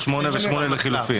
יש 8 ו-8 לחילופין.